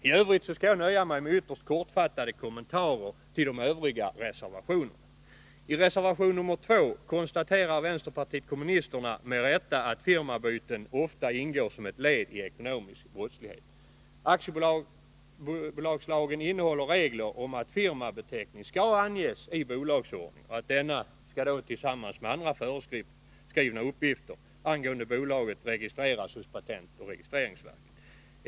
I övrigt vill jag nöja mig med ytterst kortfattade kommentarer till de övriga reservationerna. I reservation nr 2 konstaterar vänsterpartiet kommunisterna med rätta att firmabyten ofta ingår som ett led i ekonomisk brottslighet. Aktiebolagslagen innehåller regler om att firmabeteckning skall anges i bolagsordningen. Denna skall jämte andra föreskrivna uppgifter angående bolaget registreras hos patentoch registreringsverket.